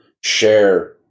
share